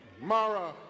Mara